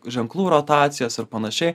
ženklų rotacijos ir panašiai